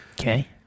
Okay